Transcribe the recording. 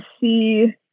see